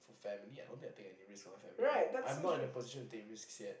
family I don't think I take any risk for my family I I'm not in the position to take risks yet